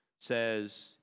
says